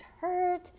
hurt